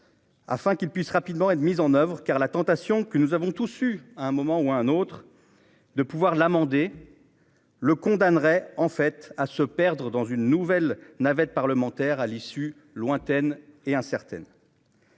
Afin qu'ils puissent rapidement être mise en oeuvre car la tentation que nous avons tous eu à un moment ou à un autre. De pouvoir l'amender. Le condamnerait en fait à se perdre dans une nouvelle navette parlementaire, à l'issue lointaine et incertaine.--